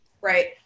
Right